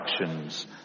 actions